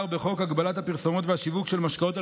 בחוק הגבלת הפרסומות והשיווק של משקאות אלכוהוליים,